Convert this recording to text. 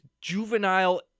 juvenile